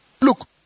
Look